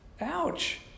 Ouch